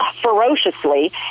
ferociously